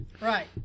Right